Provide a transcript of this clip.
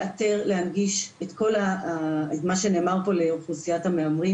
לאתר ולהנגיש את כל מה שנאמר פה לאוכלוסיית המהמרים,